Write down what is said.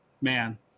man